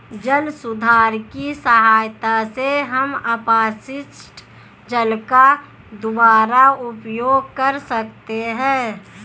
जल सुधार की सहायता से हम अपशिष्ट जल का दुबारा उपयोग कर सकते हैं